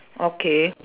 okay